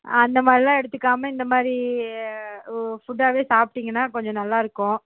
அந்த மாதிரிலாம் எடுத்துக்காமல் இந்த மாதிரி ஃபுட்டாகவே சாப்பிட்டிங்கன்னா கொஞ்சம் நல்லாயிருக்கும்